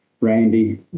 Randy